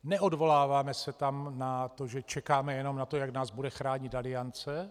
Neodvoláváme se tam na to, že čekáme jenom na to, jak nás bude chránit Aliance.